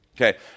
Okay